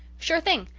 sure thing.